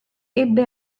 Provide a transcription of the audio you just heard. ebbe